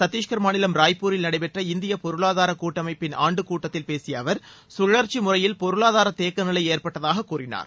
சத்தீஸ்கர் மாநிலம் ராய்ப்பூரில் நடைபெற்ற இந்தியப் பொருளாதார கூட்டமைப்பின் ஆண்டு கூட்டத்தில் பேசிய அவர் சுழற்சி முறையில் பொருளாதார தேக்கநிலை ஏற்பட்டதாக கூறினார்